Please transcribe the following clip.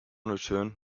return